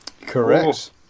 Correct